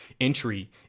entry